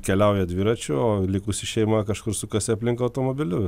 keliauja dviračiu o likusi šeima kažkur sukasi aplink automobiliu